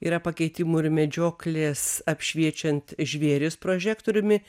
yra pakeitimų ir medžioklės apšviečiant žvėris prožektoriumi